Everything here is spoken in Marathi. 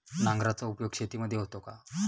नांगराचा उपयोग शेतीमध्ये होतो का?